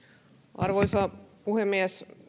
arvoisa puhemies